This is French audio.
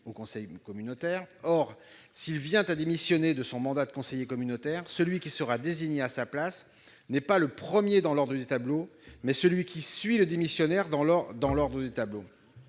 au conseil communautaire. Or s'il vient à démissionner de son mandat de conseiller communautaire, celui qui sera désigné à sa place est non pas le premier dans l'ordre du tableau, mais celui qui suit le démissionnaire. Cette